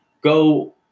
go